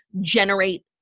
generate